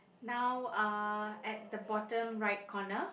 now uh at the bottom right corner